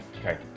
Okay